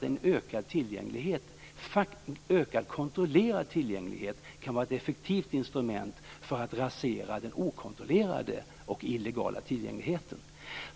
En ökad kontrollerad tillgänglighet kan vara ett effektivt instrument för att rasera den okontrollerade och illegala tillgängligheten.